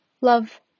Love